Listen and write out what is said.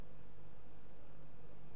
הוגש עוד תזכיר הצעת חוק,